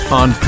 on